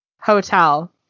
hotel